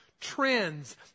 trends